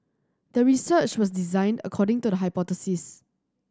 the research was designed according to the hypothesis